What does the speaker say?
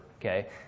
okay